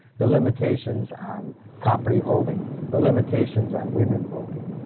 the limitations on property holdings, the limitations on women voting.